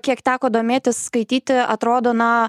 kiek teko domėtis skaityti atrodo na